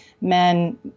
men